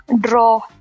draw